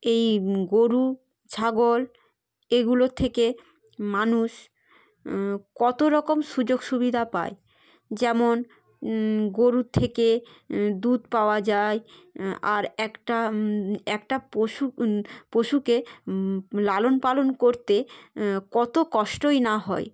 এই গোরু ছাগল এগুলোর থেকে মানুষ কত রকম সুযোগ সুবিধা পায় যেমন গোরুর থেকে দুধ পাওয়া যায় আর একটা একটা পশু পশুকে লালন পালন করতে কত কষ্টই না হয়